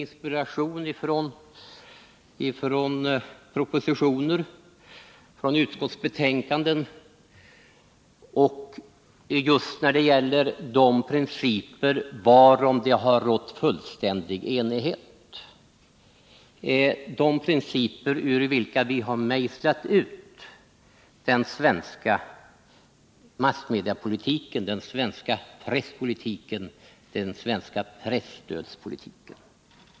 När det gäller principerna — som det rått fullständig enighet om — har jag hämtat min inspiration från propositioner och utskottsbetänkanden. Ur dessa principer har vi mejslat ut den svenska massmediapolitiken, den svenska presspolitiken, den svenska presstödspolitiken.